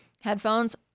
headphones